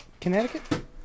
Connecticut